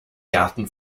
garten